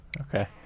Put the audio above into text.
Okay